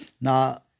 Now